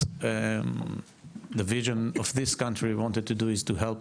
את מה שהחזון של המדינה הזו שואף לעשות וזה להיות לעזר